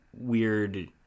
weird